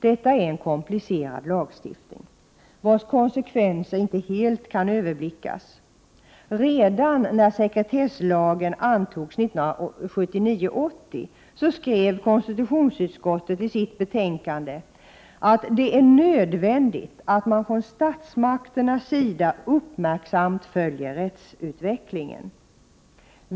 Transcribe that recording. Detta är en komplicerad lagstiftning vars konsekvenser inte helt kan överblickas. Redan när sekretesslagen antogs 1979/80 skrev konstitutionsutskottet i sitt betänkande att det är nödvändigt att man från statsmakternas sida uppmärksamt följer rättsutvecklingen.